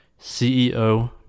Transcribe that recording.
CEO